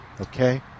Okay